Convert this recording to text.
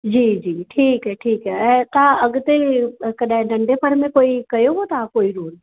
जी जी ठीकु है ठीकु है ऐं का अॻिते कॾहिं नंढपिणु में कोई कयो हुओ तव्हां कोई रोल